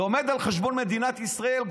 לומד על חשבון מדינת ישראל,